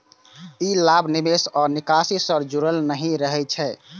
ई लाभ निवेश आ निकासी सं जुड़ल नहि रहै छै